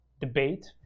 debate